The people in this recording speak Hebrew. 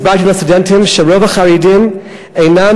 הסברתי לסטודנטים שרוב החרדים אינם